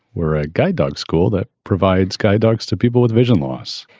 we're a guide dogs school that provides guide dogs to people with vision loss.